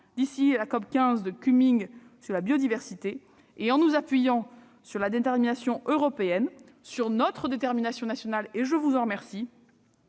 d'ici à la COP15 de Kunming sur la biodiversité, en nous appuyant sur la détermination européenne et sur notre détermination nationale, nous concentrerons